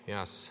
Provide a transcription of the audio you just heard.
Yes